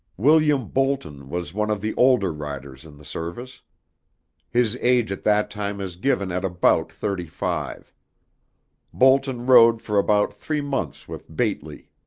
william boulton was one of the older riders in the service his age at that time is given at about thirty-five. boulton rode for about three months with beatley